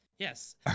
Yes